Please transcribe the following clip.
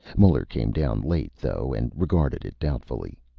muller came down late, though, and regarded it doubtfully.